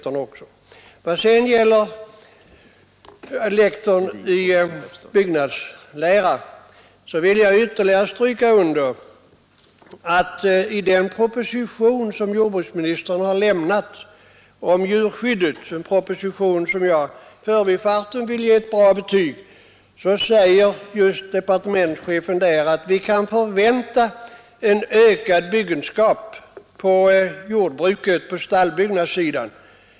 I vad gäller tjänsten som lektor i byggnadslära vill jag ytterligare stryka under att jordbruksministern i sin proposition angående djurskyddet — en proposition som jag i förbifarten vill ge ett bra betyg — säger att vi kan förvänta en ökad byggenskap inom jordbruket på stallbyggnadssidan.